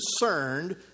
concerned